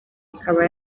ikaba